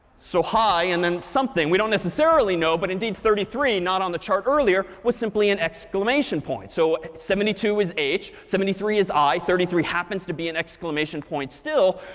so hi, and then something. we don't necessarily know, but indeed thirty three not on the chart earlier was simply an exclamation point. so seventy two was h, seventy three is i, thirty three happens to be an exclamation point still.